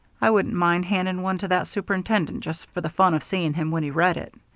i wouldn't mind handing one to that superintendent just for the fun of seeing him when he read it.